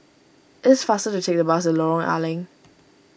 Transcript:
it is faster to take the bus to Lorong A Leng